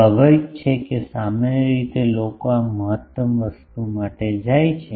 સ્વાભાવિક છે કે સામાન્ય રીતે લોકો આ મહત્તમ વસ્તુ માટે જાય છે